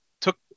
took